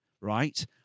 right